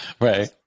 right